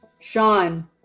Sean